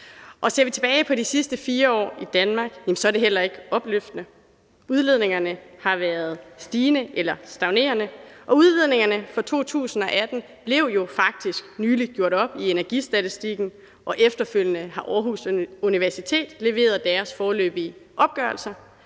og ser vi tilbage på de sidste 4 år i Danmark, er det heller ikke opløftende. Udledningerne har været stigende eller stagnerende, og udledningerne for 2018 blev jo faktisk nylig gjort op i energistatistikken, og efterfølgende har Aarhus Universitet leveret deres foreløbige opgørelse.